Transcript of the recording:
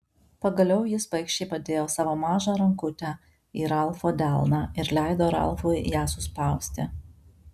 pagaliau jis baikščiai padėjo savo mažą rankutę į ralfo delną ir leido ralfui ją suspausti